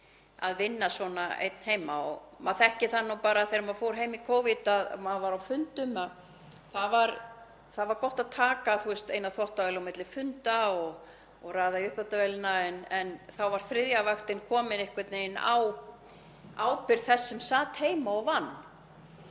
að vinna svona einn heima. Maður þekkir það nú bara þegar maður fór heim í Covid að þegar maður var á fundum var gott að taka fyrst eina þvottavél á milli funda og raða í uppþvottavélina en þá var þriðja vaktin komin einhvern veginn á ábyrgð þess sem sat heima og vann.